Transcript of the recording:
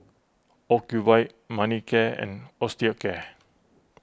Ocuvite Manicare and Osteocare